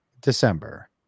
December